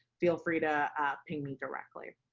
feel free to ping me directly.